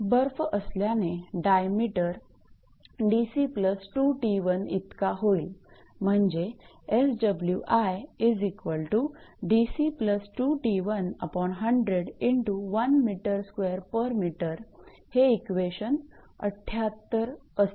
बर्फ असल्याने डायमीटर इतका होईल म्हणजे हे इक्वेशन 78 असेल